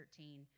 13